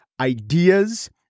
ideas